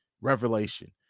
revelation